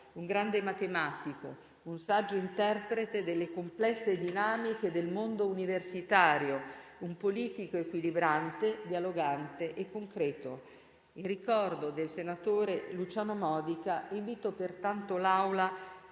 un grande matematico, un saggio interprete delle complesse dinamiche del mondo universitario, un politico equilibrante, dialogante e concreto. In ricordo del senatore Luciano Modica, invito pertanto l'Assemblea